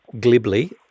glibly